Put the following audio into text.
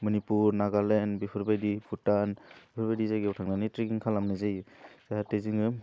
मनिपुर नागालेन्ड बेफोरबायदि भुटान फोरबादि जायगायाव थांनानै ट्रेकिं खालामनाय जायो जाहाथे जोङो